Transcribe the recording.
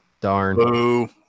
Darn